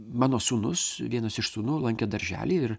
mano sūnus vienas iš sūnų lankė darželį ir